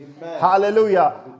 Hallelujah